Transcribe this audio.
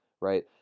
Right